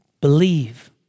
Believe